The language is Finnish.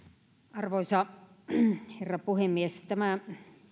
arvoisa herra puhemies tämä